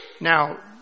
Now